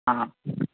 ആ